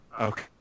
Okay